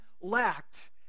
lacked